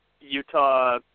Utah